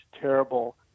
terrible